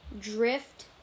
Drift